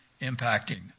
impacting